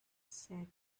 said